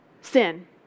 sin